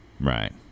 Right